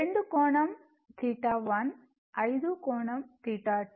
2 కోణం15 కోణం2